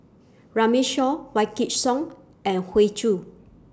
Runme Shaw Whikidd Song and Hoey Choo